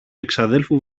εξαδέλφου